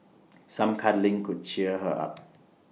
some cuddling could cheer her up